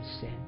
sin